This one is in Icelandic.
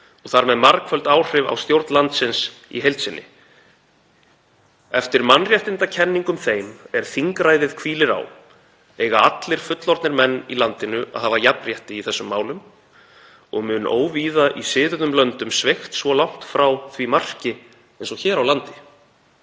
og þar með margföld áhrif á stjórn landsins í heild sinni. Eftir mannrjettindakenningum þeim, er þingræðið hvílir á, eiga allir fullorðnir menn í landinu að hafa jafnrjetti í þessum málum, og mun óvíða í siðuðum löndum sveigt svo langt frá því marki eins og hjer á landi.